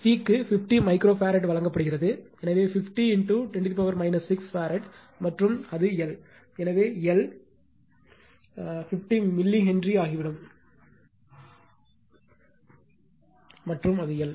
C க்கு 50 microfarad வழங்கப்படுகிறது எனவே 50 10 6 ஃபாரட் மற்றும் அது எல்